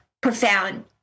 profound